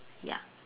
ya